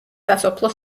სასოფლო